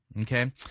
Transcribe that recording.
okay